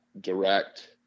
direct